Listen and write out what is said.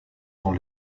dans